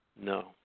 no